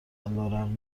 علیرغم